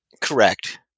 Correct